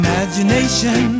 Imagination